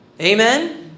Amen